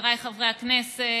חבריי חברי הכנסת,